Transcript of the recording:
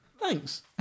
Thanks